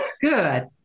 good